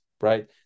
right